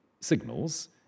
signals